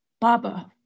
Baba